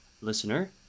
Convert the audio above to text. listener